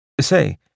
Say